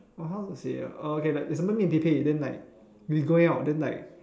oh how to say ah okay like example me and Pei-Pei then like we going out then like